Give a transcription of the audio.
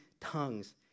tongues